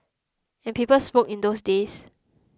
and people smoked in those days